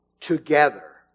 together